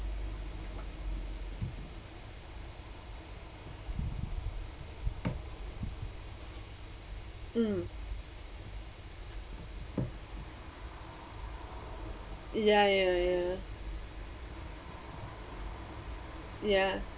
mm ya ya ya ya